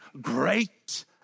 great